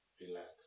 relax